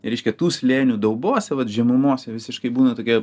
reiškia tų slėnių daubose vat žemumose visiškai būna tokie